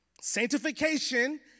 Sanctification